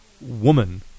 woman